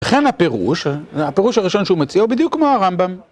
לכן הפירוש, הפירוש הראשון שהוא מציע הוא בדיוק כמו הרמב״ם.